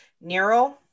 Nero